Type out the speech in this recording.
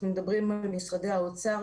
אנחנו מדברים על משרדי האוצר,